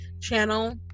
channel